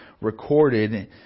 recorded